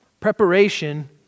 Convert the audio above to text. preparation